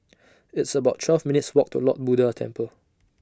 It's about twelve minutes' Walk to Lord Buddha Temple